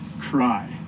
cry